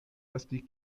esti